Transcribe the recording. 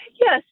Yes